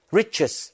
riches